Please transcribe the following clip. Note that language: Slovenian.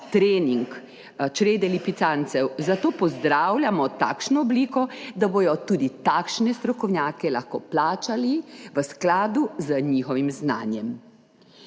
trening črede lipicancev, zato pozdravljamo takšno obliko, da bodo tudi takšne strokovnjake lahko plačali v skladu z njihovim znanjem.